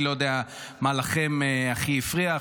אני לא יודע מה לכם הכי הפריע,